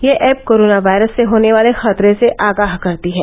यह app corona virus से होने वाले खतरे से आगाह करती है